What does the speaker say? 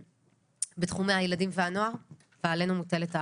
בתחומי הילדים והנוער עלינו מוטלת האחריות.